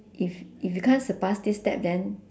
if if you can't surpass this step then